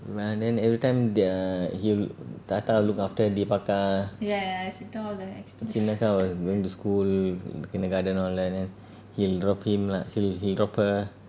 ya then every time the he'll தாத்தா:thatha look after Deepa அக்கா:deepa akka going to school kindergarten all that then he'll drop him lah he'll he'll drop her